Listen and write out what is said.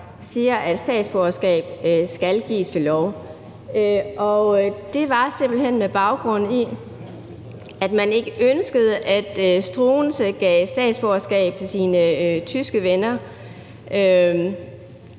siger, at statsborgerskab skal gives ved lov. Baggrunden var simpelt hen, at man ikke ønskede, at Struensee gav statsborgerskab til sine tyske venner.